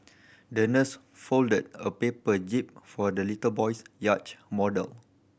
the nurse folded a paper jib for the little boy's yacht model